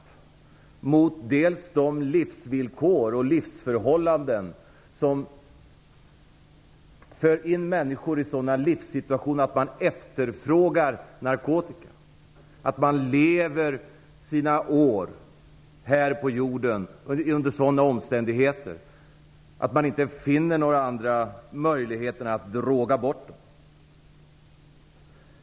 Det handlar om kamp mot de livsvillkor och levnadsförhållanden som för in människor i sådana livssituationer att de efterfrågar narkotika, att människor lever sina år här på Jorden under sådana omständigheter att de inte finner några andra möjligheter än att droga bort dem.